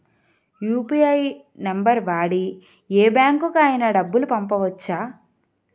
UPI number వాడి యే బ్యాంకుకి అయినా డబ్బులు పంపవచ్చ్చా?